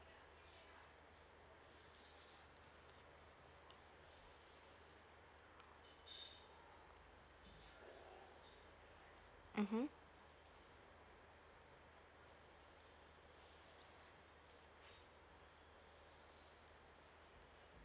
mmhmm